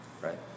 Right